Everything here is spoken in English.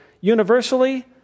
Universally